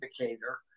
indicator